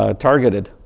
ah targeted,